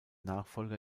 nachfolger